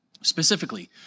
specifically